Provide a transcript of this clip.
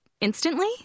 instantly